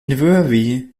vevey